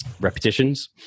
repetitions